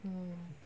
mm